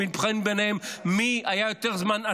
שמתחרים ביניהם מי היה עצור יותר זמן,